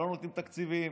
לא נותנים תקציבים,